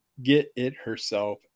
get-it-herself